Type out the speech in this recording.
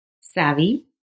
Savvy